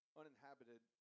uninhabited